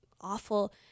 awful